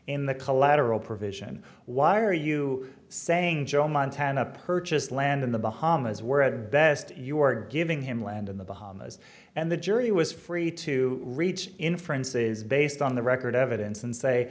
in the collateral provision why are you saying joe montana purchased land in the bahamas where the best you were giving him land in the bahamas and the jury was free to reach inferences based on the record evidence and say